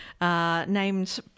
named